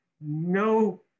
no